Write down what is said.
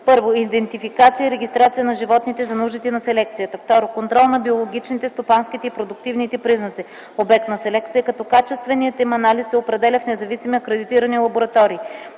1. идентификация и регистрация на животните за нуждите на селекцията; 2. контрол на биологичните, стопанските и продуктивните признаци – обект на селекция, като качественият им анализ се определя в независими акредитирани лаборатории;